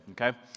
okay